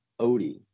odie